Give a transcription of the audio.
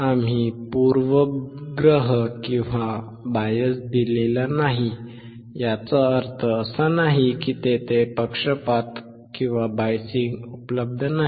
आम्ही पूर्वग्रह दिलेला नाही याचा अर्थ असा नाही की तेथे पक्षपात नाही